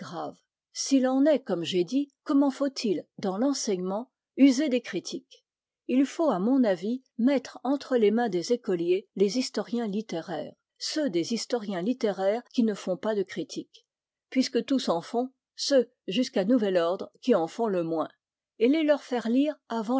s'il en est comme j'ai dit comment faut-il dans l'enseignement user des critiques il faut à mon avis mettre entre les mains des écoliers les historiens littéraires ceux des historiens littéraires qui ne font pas de critique puisque tous en font ceux jusqu'à nouvel ordre qui en font le moins et les leur faire lire